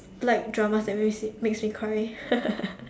like dramas that makes me makes me cry